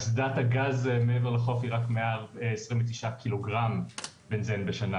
אסדת הגז מעבר לחוף היא רק 129 קילוגרם בנזן בשנה.